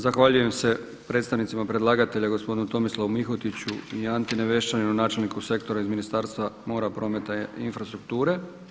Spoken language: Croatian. Zahvaljujem se predstavnicima predlagatelja gospodinu Tomislavu Mihotiću i Anti Nevešćaninu načelniku sektora iz Ministarstva mora, prometa i infrastrukture.